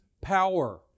power